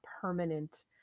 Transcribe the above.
permanent